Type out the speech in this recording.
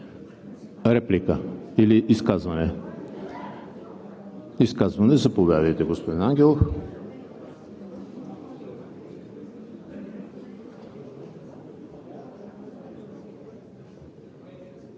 Реплики или изказвания? Изказване – заповядайте, господин Ангелов.